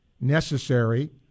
necessary